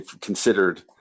considered